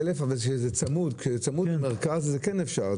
אבל כשזה צמוד למרכז זה כן אפשר.